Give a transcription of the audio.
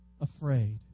afraid